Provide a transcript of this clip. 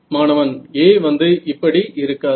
மாணவன் A வந்து இப்படி இருக்காது